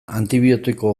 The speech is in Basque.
antibiotiko